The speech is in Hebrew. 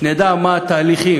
שנדע מה התהליכים,